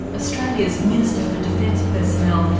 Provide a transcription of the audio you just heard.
australia's minister for defence personnel,